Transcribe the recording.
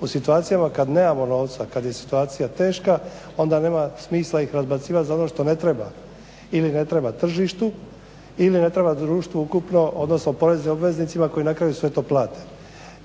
u situacijama kad nemamo novca, kad je situacija teška onda nema smisla ih razbacivat za ono što ne treba, ili ne treba tržištu ili ne treba društvu ukupno odnosno poreznim obveznicima koji na kraju sve to plate.